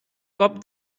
cop